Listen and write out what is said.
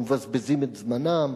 ומבזבזים את זמנם,